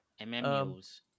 MMOs